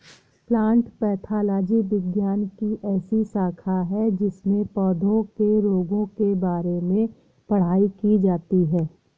plant pathology विज्ञान की ऐसी शाखा है जिसमें पौधों के रोगों के बारे में पढ़ाई की जाती है